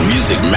Music